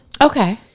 Okay